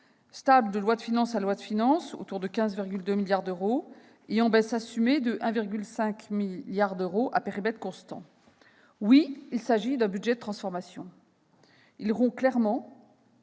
stable de loi de finances en loi de finances, autour de 15,2 milliards d'euros, et en baisse assumée de 1,5 milliard d'euros à périmètre constant. Oui, il s'agit d'un budget de transformation ; il rompt clairement